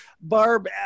Barb